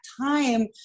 time